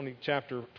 chapter